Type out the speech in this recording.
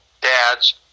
dads